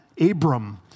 Abram